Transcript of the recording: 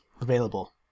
available